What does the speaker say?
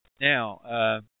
Now